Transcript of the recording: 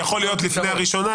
זה יכול להיות לפני הראשונה,